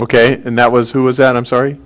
ok and that was who was that i'm sorry